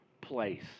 place